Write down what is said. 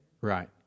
Right